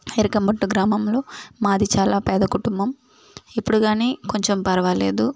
ఎరికంబట్టు గ్రామంలో మాది చాలా పేద కుటుంబం ఇప్పుడు కానీ కొంచం పర్వాలేదు